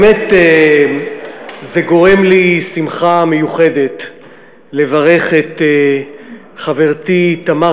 באמת זה גורם לי שמחה מיוחדת לברך את חברתי תמר